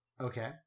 Okay